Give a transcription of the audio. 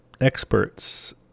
Experts